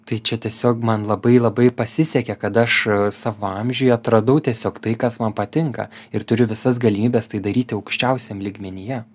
tai čia tiesiog man labai labai pasisekė kad aš savo amžiuje atradau tiesiog tai kas man patinka ir turiu visas galimybes tai daryti aukščiausiam lygmenyje